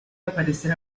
aparecer